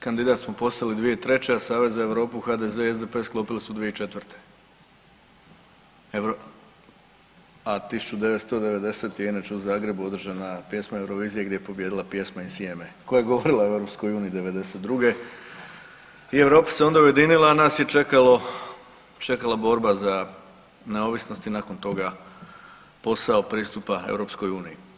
Kandidat smo postali 2003., a Savez za Europu HDZ i SDP sklopili su 2004. a 1990. je inače u Zagrebu održana pjesma Eurovizije gdje je pobijedila pjesma „Insieme“ koja je govorila o EU 1992. i Europa se onda ujedinila, a nas je čekala borba za neovisnost i nakon toga posao pristupa EU.